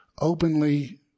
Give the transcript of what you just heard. openly